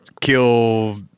kill